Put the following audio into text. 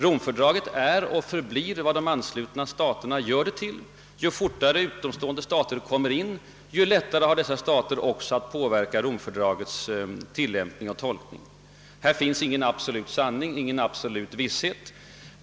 Romfördraget är och förblir vad de anslutna staterna gör det till. Ju fortare utomstående stater kommer in, desto lättare har de att påverka Romfördragets tillämpning och tolkning. Här finns i dag ingen absolut sanning, ingen absolut visshet.